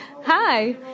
hi